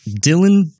Dylan